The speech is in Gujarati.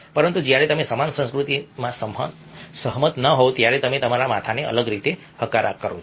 પરંતુ જ્યારે તમે સમાન સંસ્કૃતિમાં સહમત ન હોવ ત્યારે તમે તમારા માથાને અલગ રીતે હકાર કરો છો